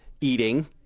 eating